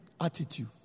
Attitude